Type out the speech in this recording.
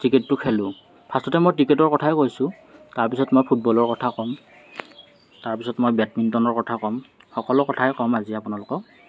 ক্ৰিকেটটো খেলোঁ ফাৰ্ষ্টতে মই ক্ৰিকেটৰ কথাই কৈছোঁ তাৰপিছত মই ফুটবলৰ কথা ক'ম তাৰপিছত মই বেডমিণ্টনৰ কথা ক'ম সকলো কথাই ক'ম আজি আপোনালোকক